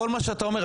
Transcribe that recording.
כל מה שאתה אומר,